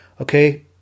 okay